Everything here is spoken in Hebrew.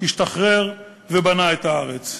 השתחרר ובנה את הארץ.